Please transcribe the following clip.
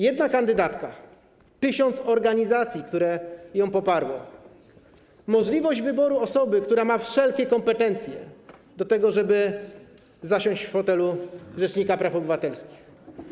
Jedna kandydatka, tysiąc organizacji, które ją poparły, możliwość wyboru osoby, która ma wszelkie kompetencje do tego, żeby zasiąść w fotelu rzecznika praw obywatelskich.